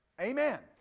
Amen